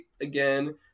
again